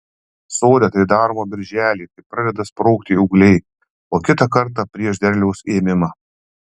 sode tai daroma birželį kai pradeda sprogti ūgliai o kitą kartą prieš derliaus ėmimą